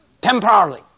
Temporarily